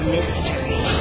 Mystery